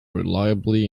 reliably